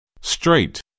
straight